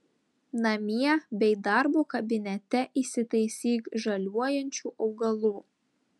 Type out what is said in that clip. namie bei darbo kabinete įsitaisyk žaliuojančių augalų